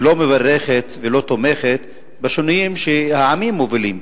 ולא מברכת ולא תומכת בשינויים שהעמים מובילים,